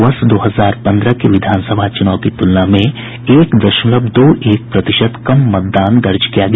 वर्ष दो हजार पन्द्रह के विधानसभा चूनाव की तुलना में एक दशमलव दो एक प्रतिशत कम मतदान दर्ज किया गया